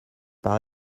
par